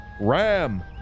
Ram